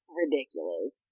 ridiculous